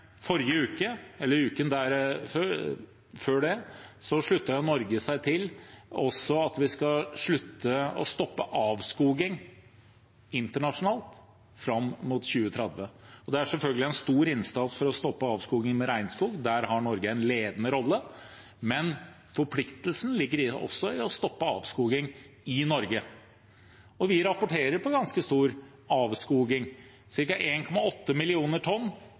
forrige uke, eller uken før det, sluttet Norge seg også til at vi skal stoppe avskoging internasjonalt fram mot 2030. Det er selvfølgelig en stor innsats for å stoppe avskoging av regnskog, der har Norge en ledende rolle, men forpliktelsen ligger også i å stoppe avskoging i Norge. Vi rapporterer ganske stor avskoging – ca. 1,8 millioner tonn